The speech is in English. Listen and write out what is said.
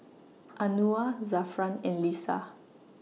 Anuar Zafran and Lisa